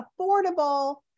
affordable